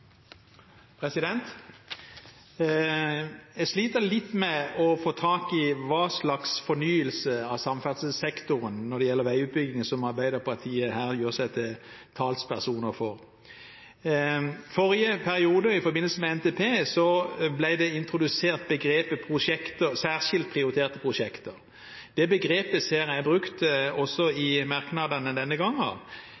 Jeg sliter litt med å få tak i hva slags fornyelse av samferdselssektoren når det gjelder veiutbygging, Arbeiderpartiet her gjør seg til talspersoner for. Forrige periode, i forbindelse med NTP, ble begrepet «særskilt prioriterte prosjekter» introdusert. Det begrepet ser jeg er brukt også i merknadene denne gangen.